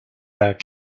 monsieur